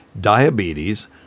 diabetes